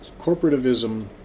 corporativism